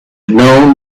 known